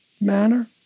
manner